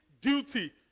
duty